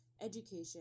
education